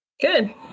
Good